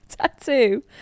Tattoo